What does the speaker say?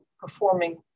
performing